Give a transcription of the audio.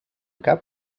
cap